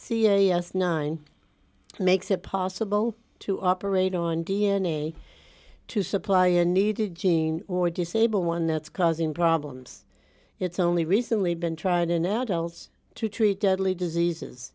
c a s nine makes it possible to operate on d n a to supply a needed gene or disable one that's causing problems it's only recently been tried in adults to treat deadly diseases